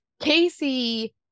Casey